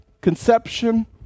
conception